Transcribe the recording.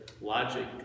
logic